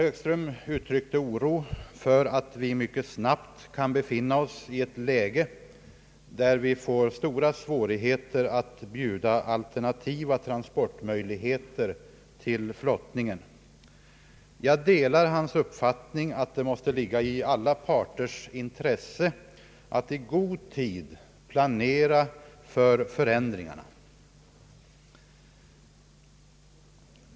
vi mycket snabbt kan befinna oss i ett läge där vi får stora svårigheter att erbjuda alternativa transportmöjligheter till flottningen. Jag delar hans uppfattning att det måste ligga i alla parters intresse att i god tid planera för förändringarna.